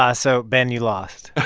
ah so, ben, you lost